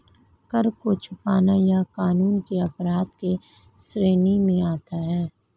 कर को छुपाना यह कानून के अपराध के श्रेणी में आता है